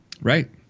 Right